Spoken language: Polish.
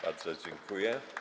Bardzo dziękuję.